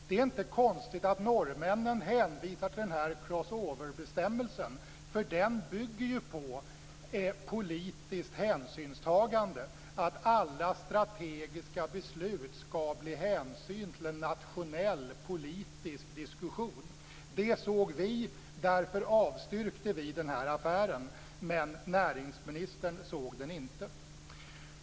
Det är inte konstigt att norrmännen hänvisar till den här cross over-bestämmelsen, för den bygger ju på politiskt hänsynstagande: I alla strategiska beslut ska hänsyn tas till en nationell politisk diskussion. Det såg vi. Därför avstyrkte vi den här affären, men näringsministern såg det inte.